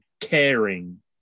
caring